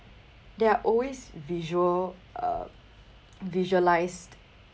there are always visual uh visualised